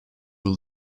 will